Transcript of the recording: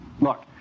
Look